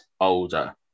older